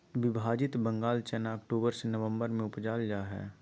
विभाजित बंगाल चना अक्टूबर से ननम्बर में उपजाल जा हइ